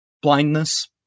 Blindness